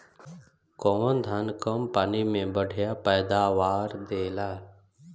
कौन धान कम पानी में बढ़या पैदावार देला?